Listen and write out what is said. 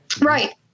Right